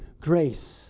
grace